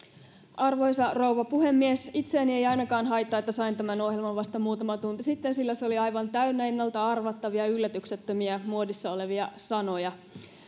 arvoisa rouva puhemies ainakaan itseäni ei haittaa että sain tämän ohjelman vasta muutama tunti sitten sillä se oli aivan täynnä ennalta arvattavia yllätyksettömiä muodissa olevia sanoja